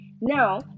Now